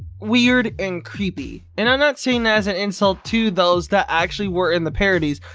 weird and creepy. and i'm not saying that as an insult to those that actually were in the parodies.